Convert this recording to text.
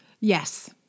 Yes